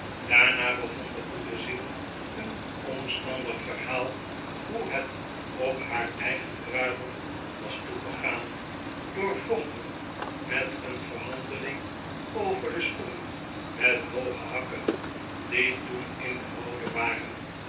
daarna begon de goede ziel een omstandig verhaal hoe het op haar eigen bruiloft was toegegaan doorvlochten met een verhandeling over de schoenen met hooge hakken die toen in de mode waren